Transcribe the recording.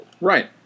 Right